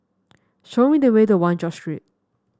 show me the way to One George Street